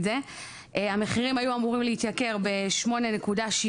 המחירים היו אמורים להתייקר ב-8.7%,